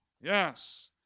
Yes